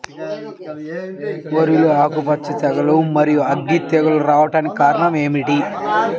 వరిలో ఆకుమచ్చ తెగులు, మరియు అగ్గి తెగులు రావడానికి కారణం ఏమిటి?